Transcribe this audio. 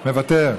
מוותר.